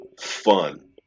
fun